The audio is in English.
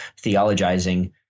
theologizing